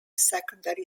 secondary